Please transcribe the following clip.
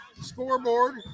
scoreboard